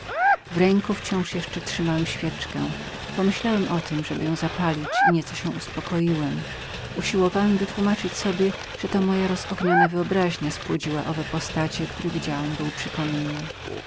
w ręku trzymałem zawsze świeczkę pragnąłem ją zapalić i nieco się uspokoić usiłowałem wytłumaczyć sobie że rozogniona wyobraźnia moja spłodziła dwie postacie które widziałem był przy kominie